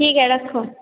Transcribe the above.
ठीक है रखो